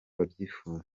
babyifuza